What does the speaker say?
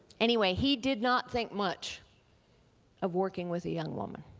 anyway, he did not think much of working with a young woman.